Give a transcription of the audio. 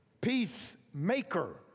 Peacemaker